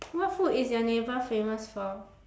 what food is your neighbour famous for